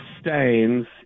stains